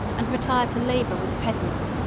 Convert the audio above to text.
and retire to labor with the peasants,